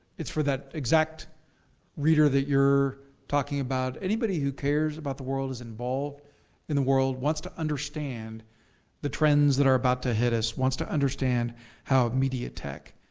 it's for that exact reader that you're talking about. anybody who cares about the world, is involved in the world, wants to understand the trends that are about to hit us. wants to understand how media tech,